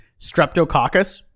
streptococcus